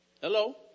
Hello